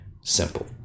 Simple